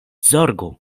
zorgu